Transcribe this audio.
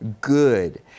good